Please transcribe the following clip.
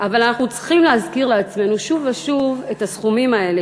אבל אנחנו צריכים להזכיר לעצמנו שוב ושוב את הסכומים האלה,